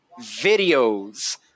videos